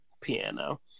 piano